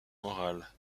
moral